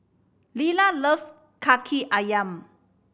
Lilah loves Kaki Ayam